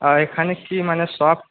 এখানে কি মানে সব